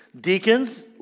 Deacons